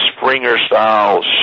Springer-style